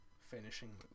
finishing